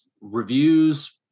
Reviews